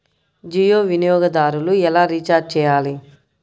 జియో వినియోగదారులు ఎలా రీఛార్జ్ చేయాలి?